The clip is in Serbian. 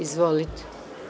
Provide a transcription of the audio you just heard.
Izvolite.